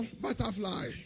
butterfly